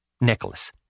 Nicholas